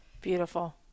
beautiful